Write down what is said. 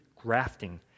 grafting